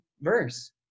verse